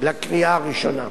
לקראת קריאה הראשונה.